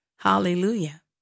Hallelujah